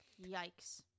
Yikes